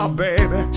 baby